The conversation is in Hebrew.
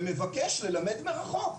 ומבקש ללמד מרחוק.